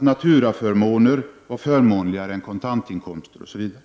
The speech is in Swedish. Naturaförmåner var förmånligare än kontantinkomster osv.